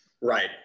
Right